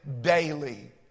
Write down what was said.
daily